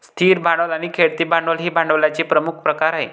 स्थिर भांडवल आणि खेळते भांडवल हे भांडवलाचे प्रमुख प्रकार आहेत